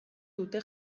dute